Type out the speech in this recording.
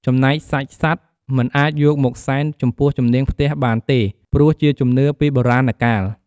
ចំណែកសាច់សត្វមិនអាចយកមកសែនចំពោះជំនាងផ្ទះបានទេ ព្រោះជាជំនឿពីបុរាណកាល។